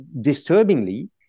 disturbingly